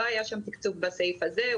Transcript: לא היה שם תקצוב בסעיף הזה,